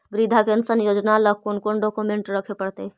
वृद्धा पेंसन योजना ल कोन कोन डाउकमेंट रखे पड़तै?